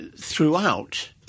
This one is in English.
throughout